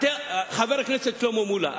חבר הכנסת שלמה מולה,